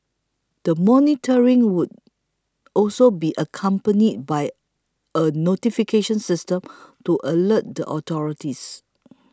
the monitoring would also be accompanied by a notification system to alert the authorities